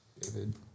David